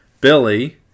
Billy